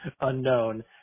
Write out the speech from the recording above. unknown